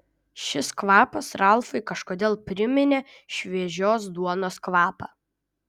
šis kvapas ralfui kažkodėl priminė šviežios duonos kvapą